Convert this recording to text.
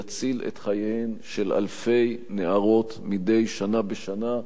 יציל את חייהן של אלפי נערות מדי שנה בשנה,